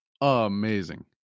amazing